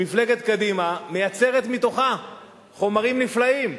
מפלגת קדימה מייצרת מתוכה חומרים נפלאים.